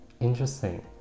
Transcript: Interesting